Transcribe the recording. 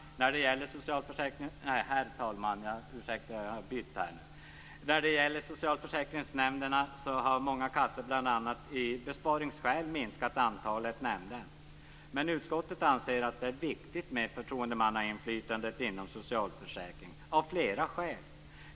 Herr talman! När det gäller socialförsäkringsnämnderna har många kassor bl.a. av besparingsskäl minskat antalet nämnder. Utskottet anser att det är viktigt med förtroendemannainflytande inom socialförsäkringen av flera skäl.